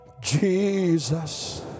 Jesus